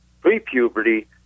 pre-puberty